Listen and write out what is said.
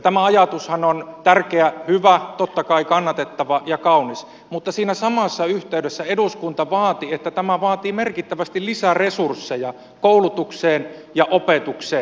tämä ajatushan on tärkeä hyvä totta kai kannatettava ja kaunis mutta siinä samassa yhteydessä eduskunta vaati että tämä vaatii merkittävästi lisäresursseja koulutukseen ja opetukseen